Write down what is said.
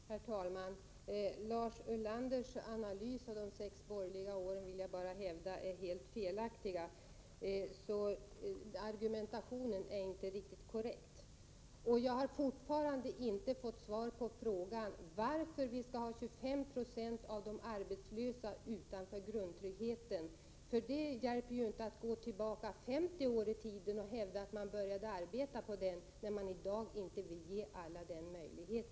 Herr talman! Lars Ulanders analys av de sex borgerliga åren är helt felaktig. Hans argumentation är därför inte riktigt korrekt. Jag har fortfarande inte fått något svar på min fråga om varför 25 96 av de arbetslösa skall stå utanför grundtryggheten. Det hjälper inte med att gå tillbaka 50 år i tiden och hävda att man började arbeta för en sådan trygghet redan då, när man i dag inte vill ge alla denna möjlighet.